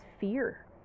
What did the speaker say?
fear